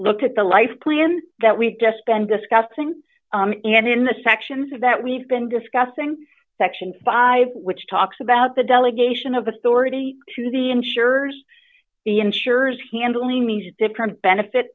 look at the life plan that we've just been discussing and in the sections of that we've been discussing section five which talks about the delegation of authority to the insurers the insurers handling these different benefit